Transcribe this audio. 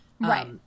Right